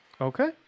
Okay